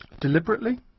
Deliberately